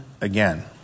again